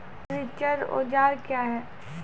रिचर औजार क्या हैं?